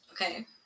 Okay